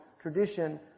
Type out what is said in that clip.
tradition